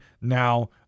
now